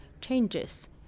changes